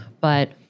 but-